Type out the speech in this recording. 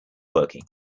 working